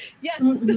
Yes